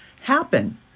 happen